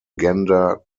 gender